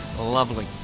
lovely